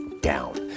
down